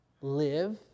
live